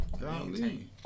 Golly